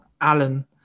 Alan